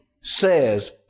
says